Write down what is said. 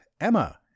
Emma